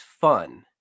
fun